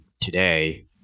today